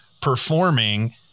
performing